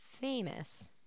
famous